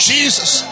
Jesus